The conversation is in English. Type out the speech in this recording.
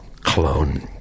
clone